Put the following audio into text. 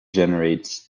generates